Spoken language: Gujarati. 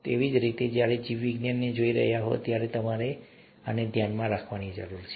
તેથી જ્યારે તમે જીવવિજ્ઞાનને જોઈ રહ્યા હોવ ત્યારે તમારે આને ધ્યાનમાં રાખવાની જરૂર છે